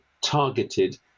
targeted